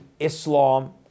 Islam